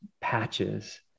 patches